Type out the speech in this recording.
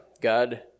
God